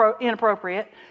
inappropriate